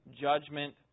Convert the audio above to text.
judgment